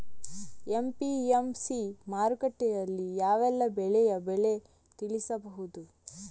APMC ಮಾರುಕಟ್ಟೆಯಲ್ಲಿ ಯಾವೆಲ್ಲಾ ಬೆಳೆಯ ಬೆಲೆ ತಿಳಿಬಹುದು?